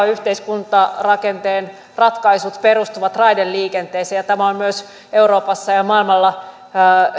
yhteiskuntarakenteen ratkaisut perustuvat raideliikenteeseen ja tämä on myös euroopassa ja maailmalla